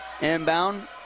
Inbound